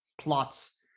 plots